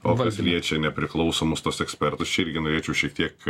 o kas liečia nepriklausomus tuos ekspertus čia irgi norėčiau šiek tiek